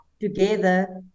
together